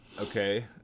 Okay